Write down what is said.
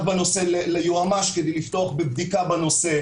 בנושא ליועץ המשפטי כדי לפתוח בבדיקה של הנושא.